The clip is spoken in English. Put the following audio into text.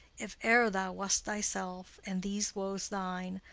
if e'er thou wast thyself, and these woes thine,